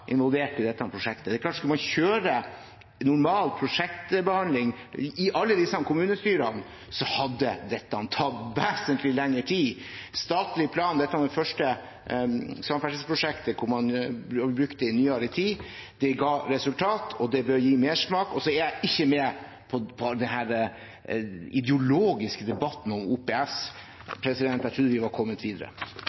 involvert i dette prosjektet. Det er klart, skulle man kjøre normal prosjektbehandling i alle disse kommunestyrene, hadde dette tatt vesentlig lengre tid. Statlig plan, dette første samferdselsprosjektet, brukt i nyere tid, det ga resultater, og det bør gi mersmak. Og så er jeg ikke med på denne ideologiske debatten om OPS.